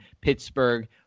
Pittsburgh